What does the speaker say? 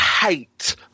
hate